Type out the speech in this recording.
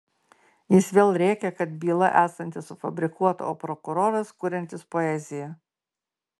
jis vėl rėkė kad byla esanti sufabrikuota o prokuroras kuriantis poeziją